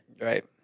Right